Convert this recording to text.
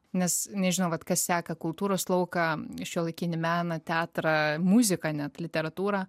nes nežinau vat kas seka kultūros lauką šiuolaikinį meną teatrą muziką net literatūrą